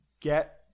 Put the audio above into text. get